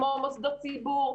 כמו מוסדות ציבור,